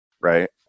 right